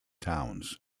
towns